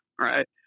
right